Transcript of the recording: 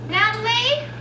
Natalie